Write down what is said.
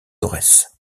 aurès